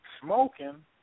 smoking